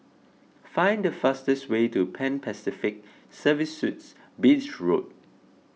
find the fastest way to Pan Pacific Serviced Suites Beach Road